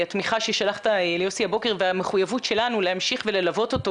התמיכה ששלחת ליוסי הבוקר והמחויבות שלנו להמשיך וללוות אותו